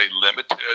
limited